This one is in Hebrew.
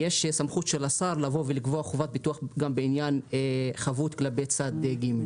יש סמכות של השר לבוא ולקבוע חובת ביטוח גם בעניין חבות כלפי צד ג'.